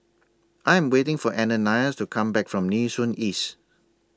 I Am waiting For Ananias to Come Back from Nee Soon East